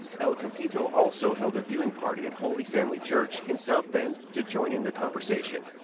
el campito also held a viewing party at holy family church in south bend to join in the conversation.